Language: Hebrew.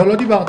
בבקשה.